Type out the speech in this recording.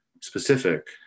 specific